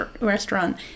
restaurant